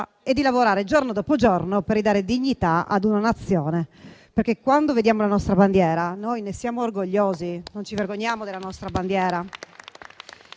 e di lavorare giorno dopo giorno per ridare dignità ad una Nazione. Perché quando vediamo la nostra bandiera, noi ne siamo orgogliosi, non ce ne vergogniamo, sentiamo